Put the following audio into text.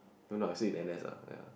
don't know I still in N_S ah ya